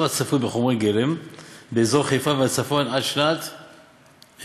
הצפוי בחומרי גלם באזור חיפה והצפון עד לשנת 2040,